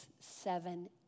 seven